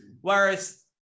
Whereas